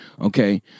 okay